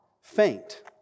faint